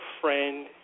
friend